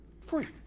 free